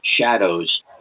shadows